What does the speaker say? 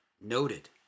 noted